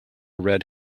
red